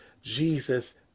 Jesus